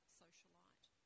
socialite